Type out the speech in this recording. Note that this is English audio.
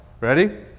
Ready